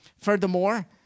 Furthermore